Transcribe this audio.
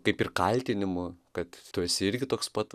kaip ir kaltinimų kad tu esi irgi toks pat